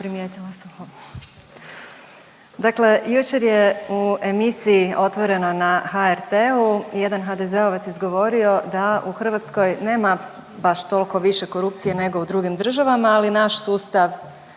Dakle, jučer je u emisiji Otvoreno na HRT-u jedan HDZ-ovac izgovorio da u Hrvatskoj nema baš toliko više korupcije nego u drugim državama ali naš sustav